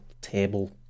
table